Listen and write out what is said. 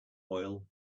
oil